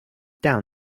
down